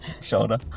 shoulder